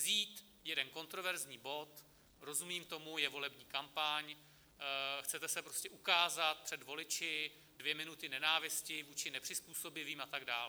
Vzít jeden kontroverzní bod rozumím tomu, je volební kampaň, chcete se prostě ukázat před voliči, dvě minuty nenávisti vůči nepřizpůsobivým a tak dále.